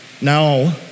Now